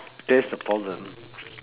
that's the problem